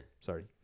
sorry